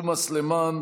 תומא סלימאן,